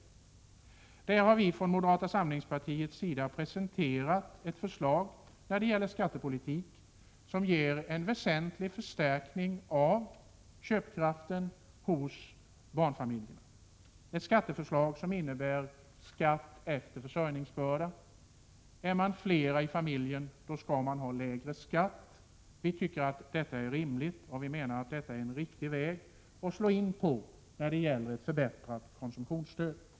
På den punkten har vi från moderata samlingspartiets sida presenterat ett förslag till skattepolitik som ger en väsentlig förstärkning av köpkraften hos barnfamiljerna, ett skatteförslag som innebär skatt efter försörjningsbörda; är man fler i familjen skall man också betala mindre skatt. Vi tycker att detta är rimligt, och vi menar också att detta är en riktig väg att slå in på när det gäller förbättrat konsumtionsstöd.